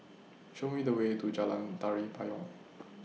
Show Me The Way to Jalan Tari Payong